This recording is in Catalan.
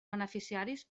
beneficiaris